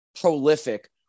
prolific